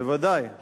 בוודאי.